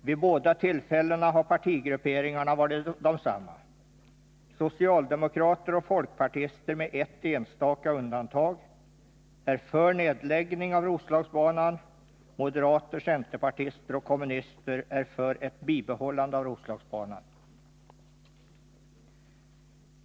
Vid båda tillfällena har partigrupperingarna varit desamma. Socialdemokrater och folkpartister med ett enstaka undantag är för nedläggning av Roslagsbanan. Moderater, centerpartister och kommunister är för ett bibehållande av Roslagsbanan.